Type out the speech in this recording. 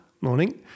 Morning